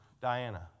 Diana